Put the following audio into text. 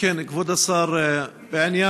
כבוד השר בנט,